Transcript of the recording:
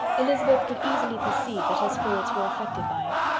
elizabeth could easily perceive that her spirits were affected by it.